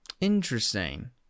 Interesting